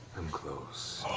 i'm close.